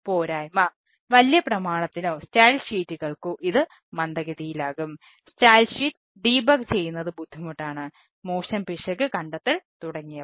പോരായ്മ വലിയ പ്രമാണത്തിനോ സ്റ്റൈൽ ഷീറ്റുകൾക്കോ ചെയ്യുന്നത് ബുദ്ധിമുട്ടാണ് മോശം പിശക് കണ്ടെത്തൽ തുടങ്ങിയവ